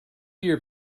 your